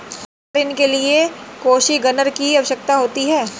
क्या ऋण के लिए कोसिग्नर की आवश्यकता होती है?